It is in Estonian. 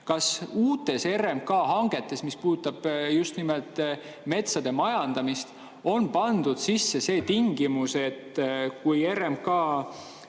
Kas uutesse RMK hangetesse, mis puudutab just nimelt metsade majandamist, on pandud sisse see tingimus, et kui RMK